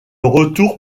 retour